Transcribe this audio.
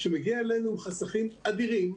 שמגיע אלינו עם חסכים אדירים,